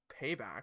payback